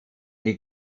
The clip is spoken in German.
die